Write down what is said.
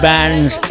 Bands